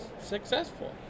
successful